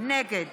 נגד